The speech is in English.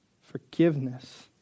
forgiveness